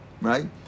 Right